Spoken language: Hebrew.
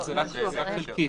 אבל זאת רק הכרזה חלקית,